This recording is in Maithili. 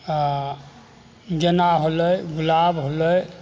आ जेना होलै गुलाब होलै